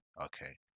okay